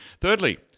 Thirdly